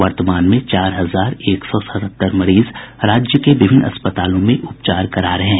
वर्तमान में चार हजार एक सौ सतहत्तर मरीज राज्य के विभिन्न अस्पतालों में उपचार करा रहे हैं